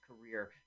career